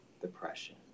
depression